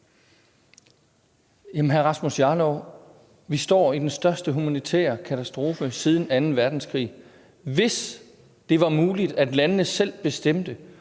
Jamen hr. Rasmus Jarlov: Vi står i den største humanitære katastrofe siden anden verdenskrig. Hvis det var muligt, at landene selv bestemte,